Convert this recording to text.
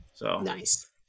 Nice